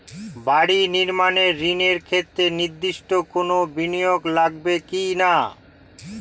বাড়ি নির্মাণ ঋণের ক্ষেত্রে নির্দিষ্ট কোনো বিনিয়োগ লাগবে কি না?